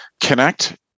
Connect